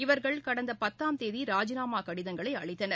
இவர்கள் கடந்தபத்தாம் தேதிராஜிநாமாகடிதங்களைஅளித்தனர்